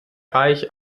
reich